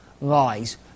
lies